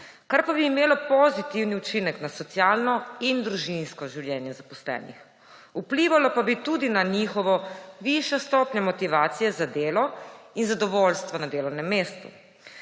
kar pa bi imelo pozitivni učinek na socialno in družinsko življenje zaposlenih. Vplivalo pa bi tudi na njihovo višjo stopnjo motivacije za delo in zadovoljstvo na delovnem mestu.